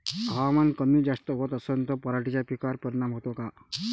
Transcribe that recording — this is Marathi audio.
हवामान कमी जास्त होत असन त पराटीच्या पिकावर परिनाम होते का?